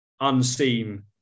unseen